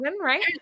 right